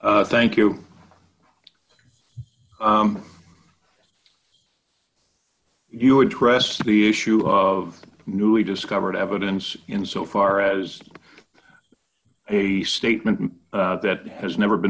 or thank you you address the issue of newly discovered evidence in so far as the statement that has never been